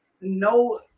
No